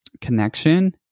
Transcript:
connection